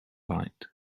light